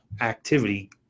activity